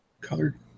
colored